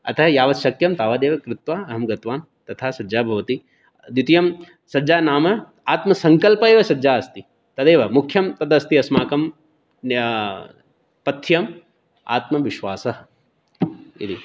अतः यावत् शक्यं तावदेव कृत्वा अहं गतवान् तथा सज्जा भवति द्वितीयं सज्जा नाम आत्मसङ्कल्पः एव सज्जा अस्ति तदेव मुख्यं तदस्ति अस्ति अस्माकं पथ्यम् आत्मविश्वासः इति